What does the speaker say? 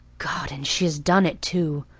god! and she has done it too.